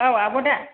औ आब' दा